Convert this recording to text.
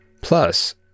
plus